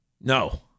No